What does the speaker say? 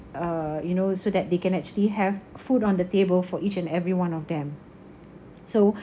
uh you know so that they can actually have food on the table for each and every one of them so